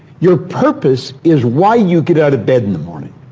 your purpose is why you get out of bed in the morning.